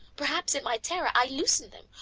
perhaps in my terror i loosed them,